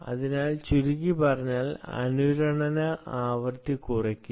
അതിനാൽ ചുരുക്കി പറഞ്ഞാൽ അനുരണന ആവൃത്തി കുറയ്ക്കുക